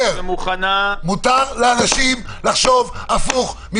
מותר לאנשים לחשוב הפוך מכם.